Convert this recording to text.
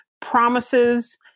promises